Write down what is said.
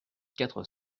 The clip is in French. quatre